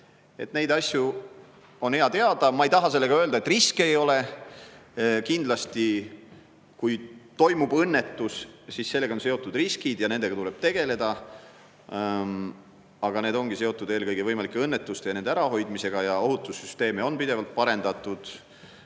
Neid asju on hea teada. Ma ei taha öelda, et riske ei ole. Kindlasti, kui toimub õnnetus, siis on sellega seotud riskid ja nendega tuleb tegeleda. Aga need ongi seotud eelkõige võimalike õnnetustega ja nende ärahoidmisega. Ja ohutussüsteeme on pidevalt parendatud,